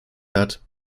hat